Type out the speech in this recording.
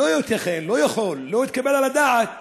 לא ייתכן, לא יכול להיות, לא מתקבל על הדעת